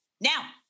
now